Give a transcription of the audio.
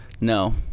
no